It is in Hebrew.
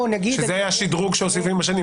או נגיד --- זה השדרוג שהוסיפו עם השנים.